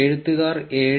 എഴുത്തുകാർ 7